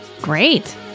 Great